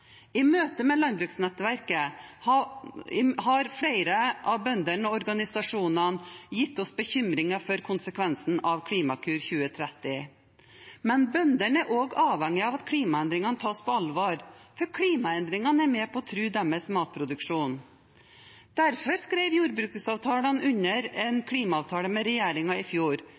I møtene med landbruksnettverket har flere av bøndene og organisasjonene gitt oss sin bekymring for konsekvensene av Klimakur 2030. Men bøndene er også avhengige av at klimaendringene tas på alvor, for klimaendringene er med på å true deres matproduksjon. Derfor skrev jordbruksorganisasjonene under en klimaavtale med regjeringen i fjor,